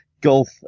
gulf